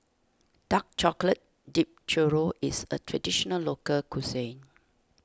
Dark Chocolate Dipped Churro is a Traditional Local Cuisine